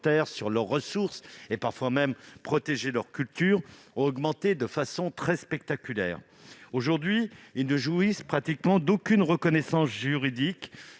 et les ressources, et parfois même leur culture, ont augmenté de façon spectaculaire. Aujourd'hui, ces défenseurs ne jouissent pratiquement d'aucune reconnaissance juridique